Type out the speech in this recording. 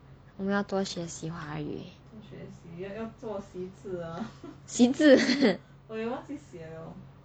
我们要多学习华语